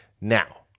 Now